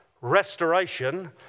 restoration